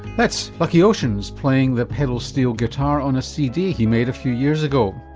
that's lucky oceans playing the pedal steel guitar on a cd he made a few years ago.